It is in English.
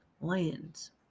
Lands